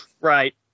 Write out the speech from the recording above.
right